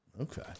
Okay